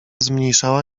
zmniejszała